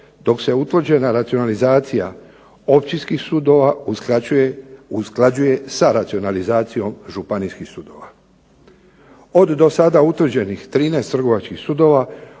dok se utvrđena racionalizacija općinskih sudova usklađuje sa racionalizacijom županijskih sudova. Od do sada utvrđenih 13 trgovačkih sudova